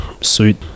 suit